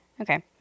Okay